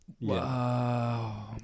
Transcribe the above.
Wow